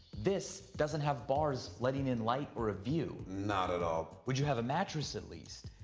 this doesn't have bars letting in light or a view. not at all. would you have a mattress at least?